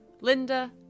Linda